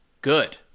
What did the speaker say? good